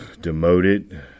demoted